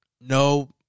No